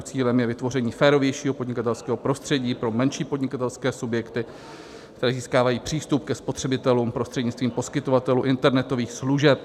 Cílem je vytvoření férovějšího podnikatelského prostředí pro menší podnikatelské subjekty, které získávají přístup ke spotřebitelům prostřednictvím poskytovatelů internetových služeb.